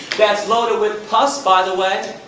that's loaded with pus by the way.